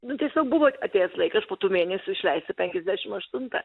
nu tiesiog buvo atėjęs laikas po tų mėnesių išleisti penkiasdešim aštuntą